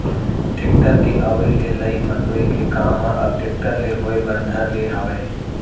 tractor के अवई ले लई मतोय के काम ह अब टेक्टर ले होय बर धर ले हावय